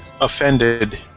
offended